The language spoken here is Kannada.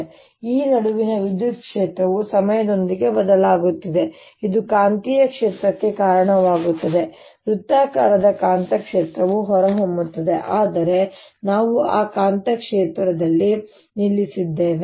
E ನಡುವಿನ ವಿದ್ಯುತ್ ಕ್ಷೇತ್ರವು ಸಮಯದೊಂದಿಗೆ ಬದಲಾಗುತ್ತದೆ ಇದು ಕಾಂತೀಯ ಕ್ಷೇತ್ರಕ್ಕೆ ಕಾರಣವಾಗುತ್ತದೆ ವೃತ್ತಾಕಾರದ ಕಾಂತಕ್ಷೇತ್ರವು ಹೊರಹೊಮ್ಮುತ್ತದೆ ಆದರೆ ನಾವು ಆ ಕಾಂತಕ್ಷೇತ್ರದಲ್ಲಿ ನಿಲ್ಲಿಸಿದ್ದೇವೆ